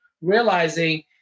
realizing